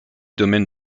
domaines